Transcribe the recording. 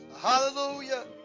Hallelujah